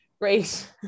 great